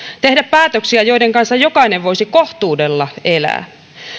tehdä päätöksiä joiden kanssa jokainen voisi kohtuudella elää